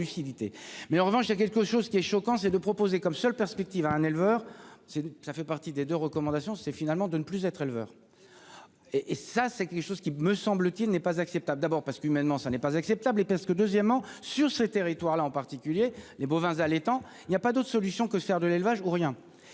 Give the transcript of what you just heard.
Mais en revanche il y a quelque chose qui est choquant, c'est de proposer comme seule perspective à un éleveur, c'est, ça fait partie des deux recommandations c'est finalement de ne plus être éleveur. Et et ça c'est quelque chose qui me semble-t-il, n'est pas acceptable. D'abord parce qu'humainement, ça n'est pas acceptable et qu'est-ce que deuxièmement sur ces territoires-là en particulier les bovins allaitant. Il y a pas d'autre solution que faire de l'élevage ou rien